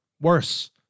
worse